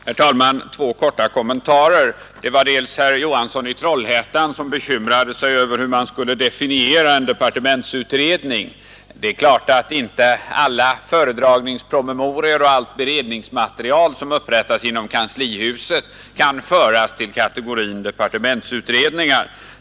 Herr talman! Bara två korta kommentarer. Herr Johansson i Trollhättan bekymrade sig över hur man skulle definiera ordet departementsutredning. Alla föredragningspromemorior och allt beredningsmaterial som upprättas inom kanslihuset kan självfallet inte hänföras till kategorin departementsutredningar.